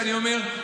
אני אומר,